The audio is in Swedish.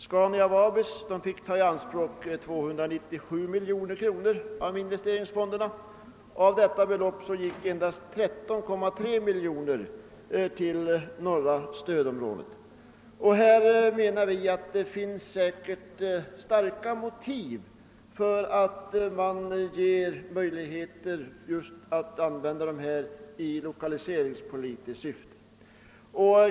Scania Vabis fick ta i anspråk 297 miljoner kronor av investeringsfondsmedel, varav endast 13,3 miljoner gick till norra stödområdet. Vi anser att starka skäl talar för att det ges möjligheter att använda investeringsfondsmedel i lokaliseringspolitiskt syfte.